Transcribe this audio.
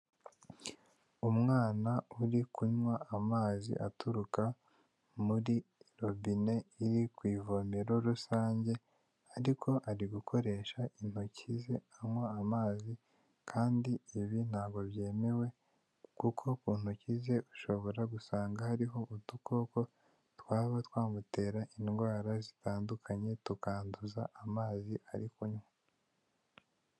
Umwana uri kunywa amazi aturuka muri robine iri ku ivomero rusange, ariko ari gukoresha intoki ze anywa amazi kandi ibi ntabwo byemewe, kuko ku ntoki ze ushobora gusanga hariho udukoko twaba twamutera indwara zitandukanye tukanduza amazi ari kunywa.